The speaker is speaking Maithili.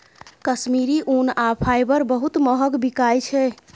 कश्मीरी ऊन आ फाईबर बहुत महग बिकाई छै